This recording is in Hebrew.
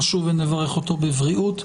נשוב ונברך אותו בבריאות.